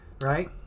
right